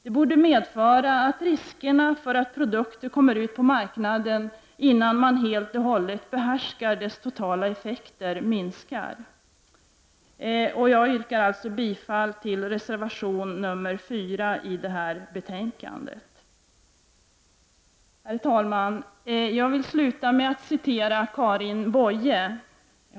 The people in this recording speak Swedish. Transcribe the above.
Detta borde medföra att risken minskar för att produkter kommer ut på marknaden, innan man helt behärskar deras totala effekter. Jag yrkar alltså bifall till reservation 4 i det här betänkandet. Herr talman! Jag vill sluta med att citera Karin Boye.